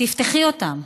תפתחי אותם.